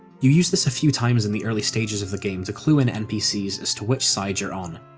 you use this a few times in the early stages of the game to clue in npcs as to which side you're on,